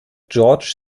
george’s